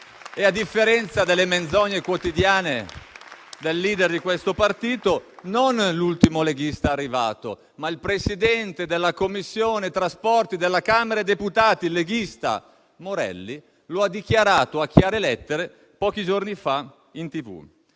A differenza delle menzogne quotidiane del *leader* di questo partito, non l'ultimo leghista arrivato, ma il Presidente della Commissione trasporti della Camera dei deputati, il leghista Morelli, lo ha dichiarato a chiare lettere pochi giorni fa in TV.